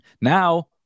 Now